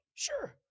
Sure